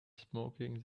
smoking